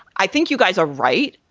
i think you guys are right.